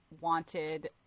wanted